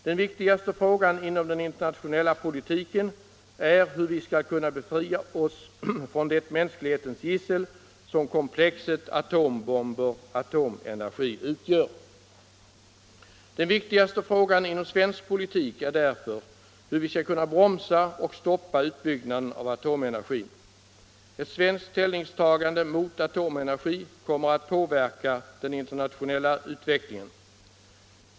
Den viktigaste frågan inom den internationella politiken är hur vi skall kunna befria oss från det mänsklighetens gissel som komplexet atombomber-atomenergi utgör. Den viktigaste frågan inom svensk politik är därför hur vi skall kunna bromsa och stoppa utbyggnaden av atomenergin. Ett svenskt ställningstagande mot atomenergi kommer att påverka den internationella utvecklingen.